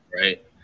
right